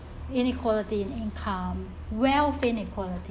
inequality in income wealth inequality